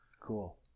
Cool